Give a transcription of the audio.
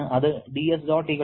അത് very simple